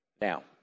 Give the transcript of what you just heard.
Now